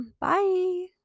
Bye